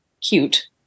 cute